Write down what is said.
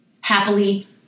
happily